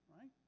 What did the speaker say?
Right